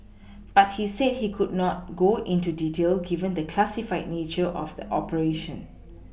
but he said he could not go into detail given the classified nature of the operation